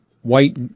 white